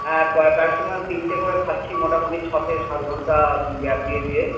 হ্যাঁ প্যারাসিটামল তিনটে করে খাচ্ছি মোটামুটি ছ থেকে সাত ঘন্টা গ্যাপ দিয়ে দিয়ে